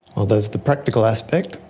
well, there's the practical aspect,